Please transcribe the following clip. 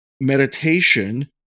meditation